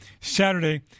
Saturday